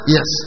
Yes